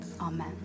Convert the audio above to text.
Amen